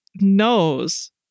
knows